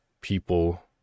People